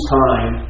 time